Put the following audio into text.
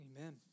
Amen